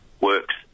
works